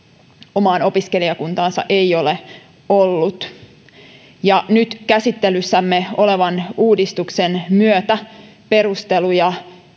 omaan opiskelijakuntaansa ei ole ollut nyt käsittelyssämme olevan uudistuksen myötä perusteluja